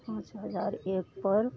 पाँच हजार एक पर